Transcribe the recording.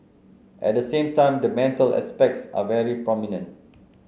at the same time the mental aspects are very prominent